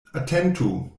atentu